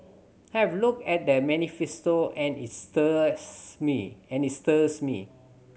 I have looked at the manifesto and it stirs me and it stirs me